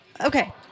Okay